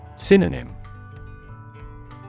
Synonym